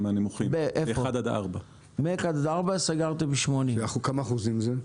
הנמוכים מאשכולות 1 עד 4. כמה זה באחוזים?